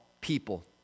people